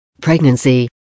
pregnancy